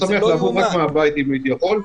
הייתי שמח לעבוד רק מהבית, אם הייתי יכול.